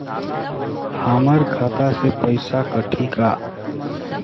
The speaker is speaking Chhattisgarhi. हमर खाता से पइसा कठी का?